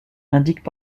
indiquent